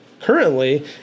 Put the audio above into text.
currently